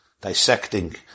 dissecting